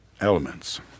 elements